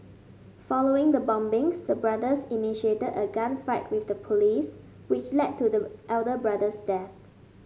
following the bombings the brothers initiated a gunfight with the police which led to the elder brother's death